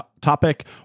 topic